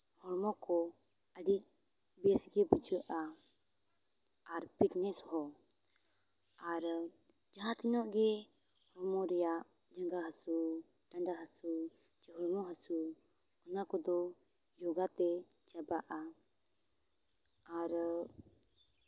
ᱦᱚᱲᱢᱚ ᱠᱚ ᱟᱹᱰᱤ ᱵᱮᱥ ᱜᱮ ᱵᱩᱡᱷᱟᱹᱜᱼᱟ ᱟᱨ ᱯᱷᱤᱴᱱᱮᱹᱥ ᱦᱚᱸ ᱟᱨ ᱡᱟᱦᱟᱸᱛᱤᱱᱟᱹᱜ ᱜᱮ ᱦᱚᱲᱢᱚ ᱨᱮᱭᱟᱜ ᱡᱟᱸᱜᱟ ᱦᱟᱹᱥᱩ ᱰᱟᱸᱰᱟ ᱦᱟᱹᱥᱩ ᱥᱮ ᱦᱚᱲᱢᱚ ᱦᱟᱹᱥᱩ ᱚᱱᱟ ᱠᱚᱫᱚ ᱡᱳᱜᱟ ᱛᱮ ᱪᱟᱵᱟᱜᱼᱟ ᱟᱨ